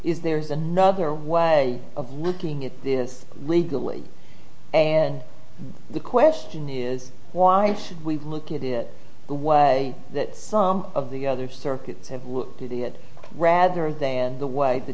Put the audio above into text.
is there is another way of looking at this legally and the question is why should we look at it the way that some of the other circuits have looked at it rather than the way the